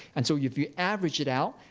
and so, if you average it out,